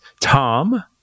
Tom